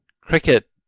Cricket